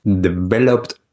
developed